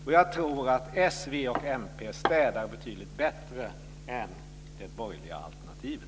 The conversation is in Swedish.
Jag tror också att s, v och mp städar betydligt bättre än det borgerliga alternativet.